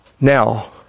Now